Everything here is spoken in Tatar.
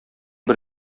бер